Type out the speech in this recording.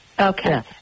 Okay